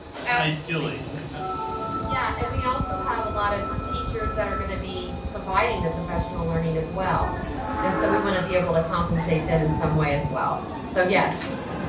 i chili yeah, and we also have a lot of teachers that are going to be providing the professional learning as well and so we want to be able to compensate them in some way as well. so yes.